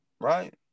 Right